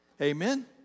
Amen